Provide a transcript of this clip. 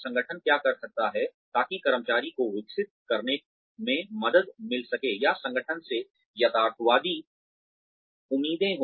संगठन क्या कर सकता है ताकि कर्मचारी को विकसित करने में मदद मिल सके या संगठन से यथार्थवादी उम्मीदें हो